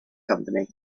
company